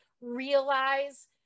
realize